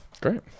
Great